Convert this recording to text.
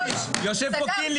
--- יושב פה קינלי,